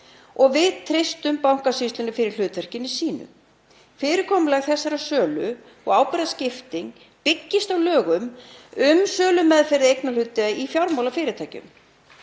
og við treystum Bankasýslunni fyrir hlutverki sínu. Fyrirkomulag þessarar sölu og ábyrgðarskipting byggist á lögum um sölumeðferð eignarhluta í fjármálafyrirtækjum.